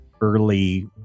early